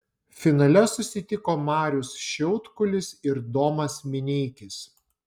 finale susitiko marius šiaudkulis ir domas mineikis